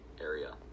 area